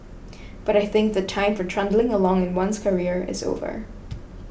but I think the time for trundling along in one's career is over